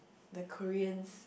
the Koreans